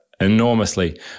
enormously